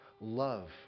Love